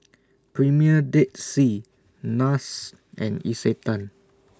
Premier Dead Sea Nars and Isetan